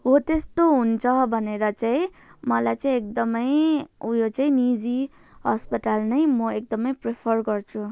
हो त्यस्तो हुन्छ भनेर चाहिँ मलाई चाहिँ एकदमै उयो चाहिँ निजी अस्पताल नै म एकदमै प्रिफर गर्छु